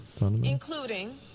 including